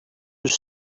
was